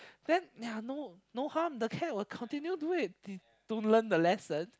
then yeah no no harm the cat will continue do it they don't learn the lesson